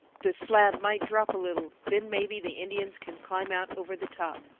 the slab might drop a little. then maybe the indians can climb out over the top.